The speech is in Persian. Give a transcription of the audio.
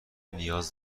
نیاز